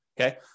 Okay